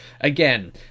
Again